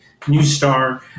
NewStar